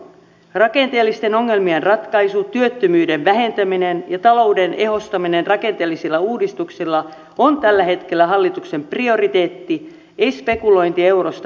rakenteellisten ongelmien ratkaisu työttömyyden vähentäminen ja talouden ehostaminen rakenteellisilla uudistuksilla on tällä hetkellä hallituksen prioriteetti ei spekulointi eurosta eroamisella ainoastaan